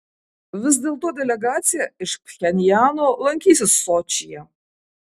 vis dėl to delegacija iš pchenjano lankysis sočyje